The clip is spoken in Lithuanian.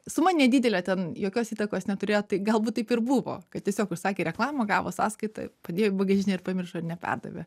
suma nedidelė ten jokios įtakos neturėjo tai galbūt taip ir buvo kad tiesiog užsakė reklamą gavo sąskaitą padėjo į bagažinę ir pamiršo ir neperdavė